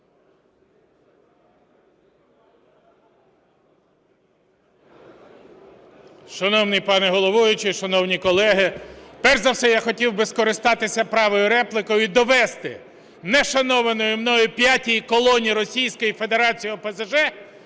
Шановний пане головуючий, шановні колеги! Перш за все, я хотів би скористатися правом репліки і довести не шанованій мною "п'ятій колоні"